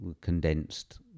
condensed